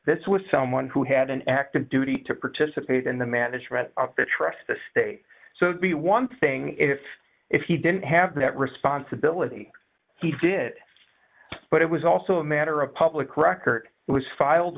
this was someone who had an active duty to participate in the management of the trust the state so the one thing is if you didn't have that responsibility he did but it was also a matter of public record it was filed